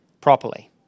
properly